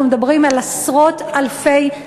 אנחנו מדברים על עשרות אלפי,